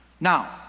Now